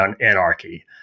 anarchy